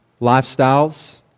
lifestyles